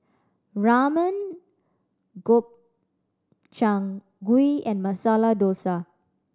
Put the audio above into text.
Ramen Gobchang Gui and Masala Dosa